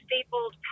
stapled